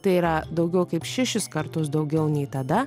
tai yra daugiau kaip šešis kartus daugiau nei tada